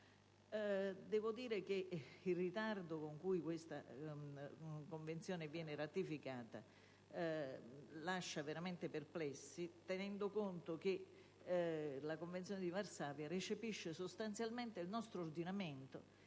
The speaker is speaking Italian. esseri umani. Il ritardo con cui questa Convenzione viene ratificata lascia veramente perplessi, tenendo conto che la Convenzione di Varsavia recepisce sostanzialmente scelte normative